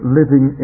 living